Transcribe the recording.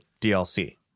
DLC